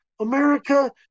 America